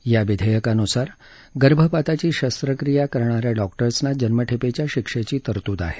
या विधेयकानुसार गर्भपाताची शस्त्रक्रीया करणाऱ्या डॉक्टर्सना जन्मठेपेच्या शिक्षेची तरतूद आहे